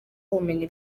ubumenyi